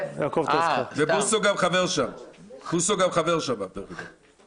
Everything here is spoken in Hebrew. בדקנו אתם והם ביקשו שזה יהיה בוועדת החוקה.